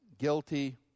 guilty